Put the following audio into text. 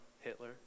Hitler